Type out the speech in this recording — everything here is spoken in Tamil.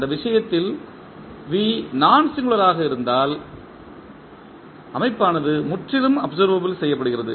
அந்த விஷயத்தில் V நான் சிங்குளர் ஆக இருந்தால் அமைப்பானது முற்றிலும் அப்சர்வபில் செய்யப்படுகிறது